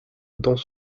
dans